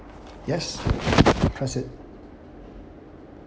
yes press it